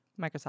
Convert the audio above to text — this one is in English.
Microsoft